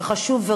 חמש דקות.